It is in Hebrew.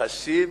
חשים,